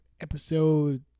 Episode